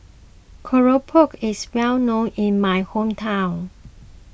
Keropok is well known in my hometown